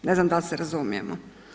Ne znam da li se razumijemo?